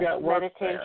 meditation